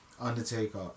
Undertaker